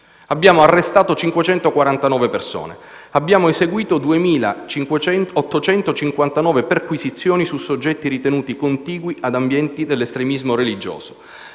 Abbiamo arrestato 549 persone ed eseguito 2.859 perquisizioni su soggetti ritenuti contigui ad ambienti dell'estremismo religioso.